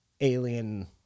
alien